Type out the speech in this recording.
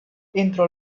entro